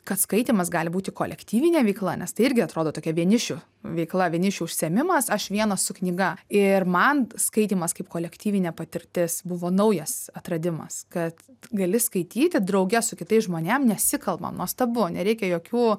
kad skaitymas gali būti kolektyvinė veikla nes tai irgi atrodo tokia vienišių veikla vienišių užsiėmimas aš vienas su knyga ir man skaitymas kaip kolektyvinė patirtis buvo naujas atradimas kad gali skaityti drauge su kitais žmonėm nesikalbam nuostabu nereikia jokių